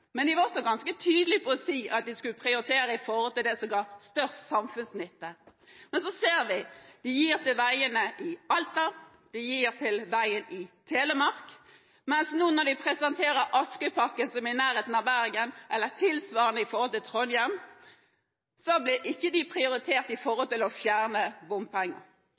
men de var også ganske tydelige på å si at de skulle prioritere det som ga størst samfunnsnytte. Så ser vi at de bevilger til veiene i Alta og til vei i Telemark. Men nå som man presenterer Askøypakken, som er i nærheten av Bergen, eller tilsvarende i forhold til Trondheim, blir ikke disse prioritert i forhold til å fjerne bompenger.